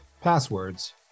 passwords